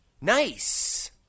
Nice